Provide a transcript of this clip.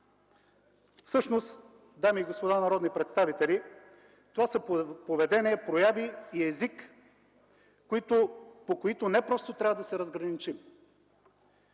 Всъщност, дами и господа народни представители, това са поведение, прояви и език, от които не просто трябва да се разграничим